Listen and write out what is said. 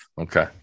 Okay